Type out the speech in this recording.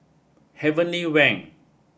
heavenly Wang